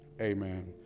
Amen